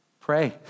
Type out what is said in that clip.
pray